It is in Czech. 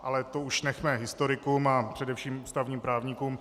Ale to už nechme historikům a především ústavním právníkům.